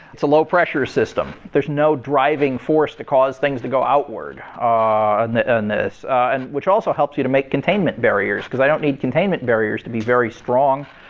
it's a low pressure system there's no driving force to cause things to go outward are this and which also helps you to make containment barriers because i don't need containment barriers to be very strong,